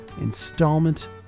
installment